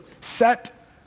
set